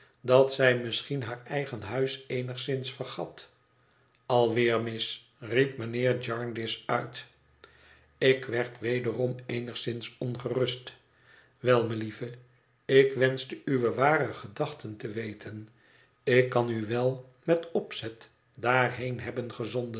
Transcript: dat zij misschien haar eigen huis eenigszins vergat alweer mis riep mijnheer jarndyce uit ik werd wederom eenigszins ongerust wel melieve ik wenschte uwe ware gadachten te weten ik kan u wel met opzet daarheen hebben gezonden